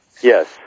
Yes